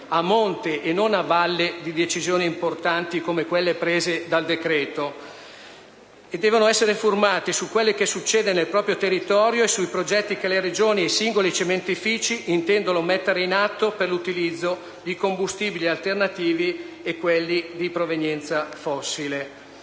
a monte, e non a valle, di decisioni importanti come quelle prese dal decreto; e devono essere informati su ciò che succede nel proprio territorio e sui progetti che le Regioni e i singoli cementifici intendono mettere in atto per l'utilizzo di combustibili alternativi e di quelli di provenienza fossile.